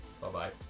Bye-bye